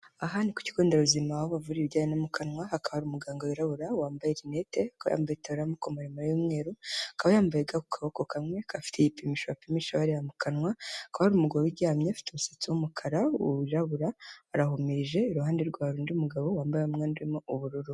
Aha ni ku kigo nderabuzima aho bavurira ibijyanye no mu kanwa, hakaba hari umuganga wirabura wambaye rinete, akaba yambaye itaburiya y'amaboko maremare y'umweru, akaba yambaye ga ku kaboko kamwe, akaba afite ipimisho bapimisha bareba mu kanwa, hakaba hari umugore uryamye afite umusatsi w'umukara wirabura, arahumirije. Iruhande rwe hari undi mugabo wambaye umwenda urimo ubururu.